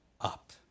up